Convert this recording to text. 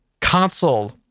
console